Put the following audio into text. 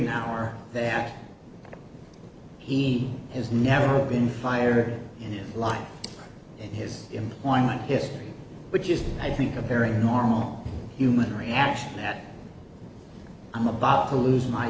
now or that he has never been fired in his life and his employment history which is i think a very normal human reaction that i'm about to lose my